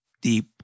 deep